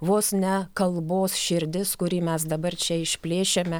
vos ne kalbos širdis kurį mes dabar čia išplėšiame